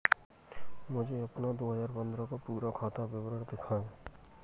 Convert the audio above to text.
मुझे अपना दो हजार पन्द्रह का पूरा खाता विवरण दिखाएँ?